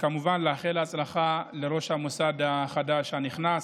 כמובן, לאחל הצלחה לראש המוסד החדש, הנכנס.